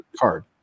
card